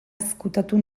ezkutatu